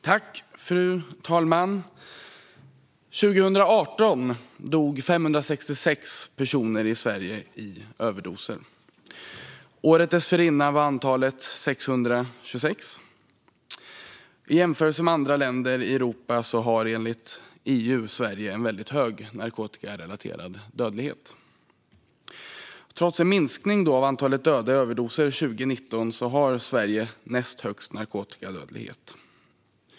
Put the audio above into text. Fru talman! År 2018 dog 566 personer i Sverige i överdoser. Året dessförinnan var antalet 626. I jämförelse med andra länder i Europa har Sverige, enligt EU, en väldigt hög narkotikarelaterad dödlighet. Trots en minskning av antalet döda i överdoser 2019 har Sverige näst högst narkotikadödlighet.